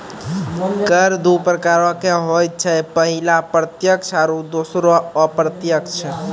कर दु प्रकारो के होय छै, पहिला प्रत्यक्ष आरु दोसरो अप्रत्यक्ष